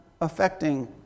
affecting